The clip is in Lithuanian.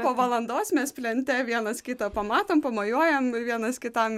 po valandos mes plente vienas kitą pamatom pamojuojam vienas kitam